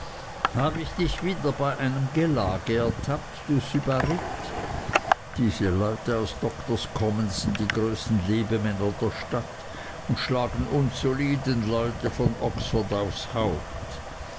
hab ich dich wieder bei einem gelage ertappt du sybarit diese leute aus doktors commons sind die größten lebemänner der stadt und schlagen uns soliden leute von oxford aufs haupt